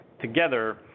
together